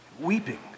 Weeping